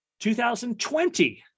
2020